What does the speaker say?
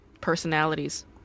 personalities